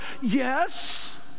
yes